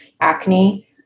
acne